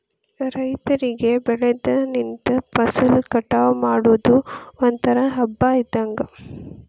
ರೈತರಿಗೆ ಬೆಳದ ನಿಂತ ಫಸಲ ಕಟಾವ ಮಾಡುದು ಒಂತರಾ ಹಬ್ಬಾ ಇದ್ದಂಗ